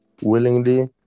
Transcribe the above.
willingly